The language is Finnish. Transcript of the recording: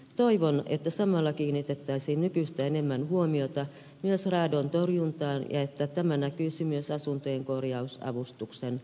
toivon että samalla kiinnitettäisiin nykyistä enemmän huomiota myös radonin torjuntaan ja että tämä näkyisi myös asuntojen korjausavustuksen määrärahoissa